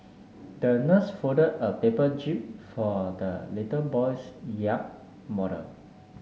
the nurse folded a paper jib for the little boy's yacht model